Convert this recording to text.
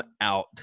out